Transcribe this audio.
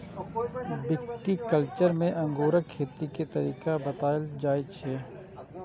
viticulture मे अंगूरक खेती के तरीका बताएल जाइ छै